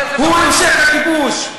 הוא המשך הכיבוש.